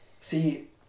see